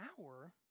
hour